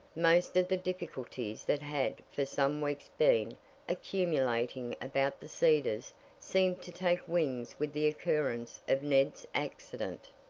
most of the difficulties that had for some weeks been accumulating about the cedars seemed to take wings with the occurrence of ned's accident.